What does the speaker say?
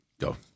Go